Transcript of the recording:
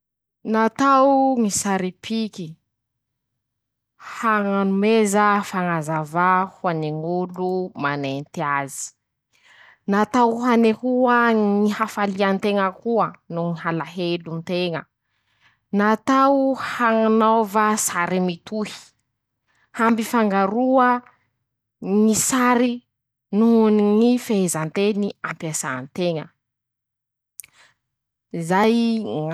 Natao ñy sary piky: -Añameza fañazava ho any ñ'olo manenty azy, natao hanehoa ñy hafalia nteña koa noho ñy halahelo nteña, natao haañanaova sary mitohy, hamifangaroa ñy sary noho ny ñy fehezan-teny ampiasà nteña zay.